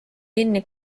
kinni